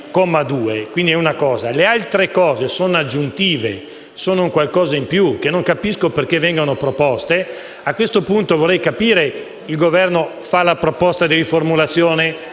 Le altre cose sono aggiuntive, sono qualcosa in più che non capisco perché vengano proposte. A questo punto vorrei capire se il Governo fa una proposta di riformulazione,